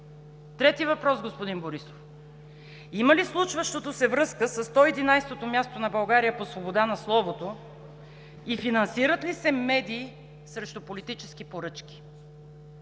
Трети въпрос, господин Борисов: има ли случващото се връзка със 111-то място на България по свобода на словото и финансират ли се медии срещу политически поръчки?